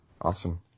Awesome